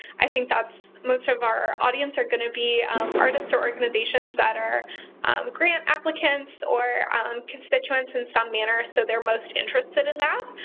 i think that's most of our audience are going to be artists or organizations that are grant applicants or constituents in some manner, so they're most interested in that.